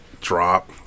Drop